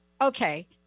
Okay